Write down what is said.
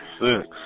six